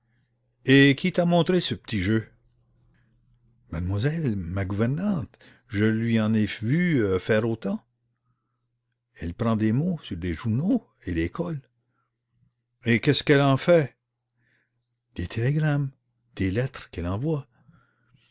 et qui t'a montré ce petit jeu mademoiselle je lui en ai vu faire autant elle prend les mots sur des journaux et les colle ça fait des télégrammes des lettres qu'elle envoie